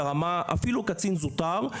אפילו קצין זוטר,